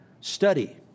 study